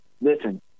listen